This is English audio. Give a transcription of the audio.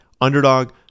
underdog